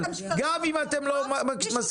גם אם אתם לא מסכימים,